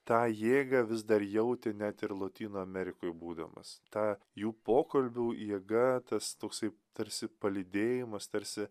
tą jėgą vis dar jauti net ir lotynų amerikoj būdamas tą jų pokalbių jėga tas toksai tarsi palydėjimas tarsi